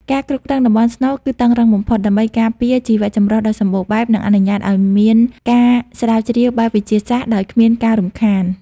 ការគ្រប់គ្រងតំបន់ស្នូលគឺតឹងរ៉ឹងបំផុត ដើម្បីការពារជីវៈចម្រុះដ៏សម្បូរបែប និងអនុញ្ញាតឱ្យមានការស្រាវជ្រាវបែបវិទ្យាសាស្ត្រដោយគ្មានការរំខាន។